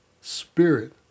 Spirit